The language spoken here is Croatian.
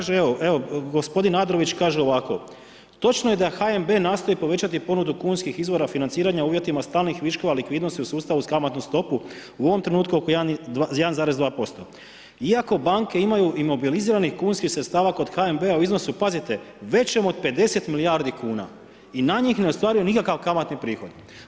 HNB kaže, evo gospodin Andrović kaže ovako, točno je da HNB nastoji povećati ponudu kunskih izvora financiranja uvjetima stalnih viškova likvidnosti u sustavu uz kamatnu stopu u ovom trenutku oko 1,2% iako banke imaju i mobiliziranih kunskih sredstava kod HNB-a pazite, većem od 50 milijardi kuna i na njih ne ostvaruje nikakav kamatni prihod.